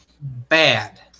Bad